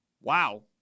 Wow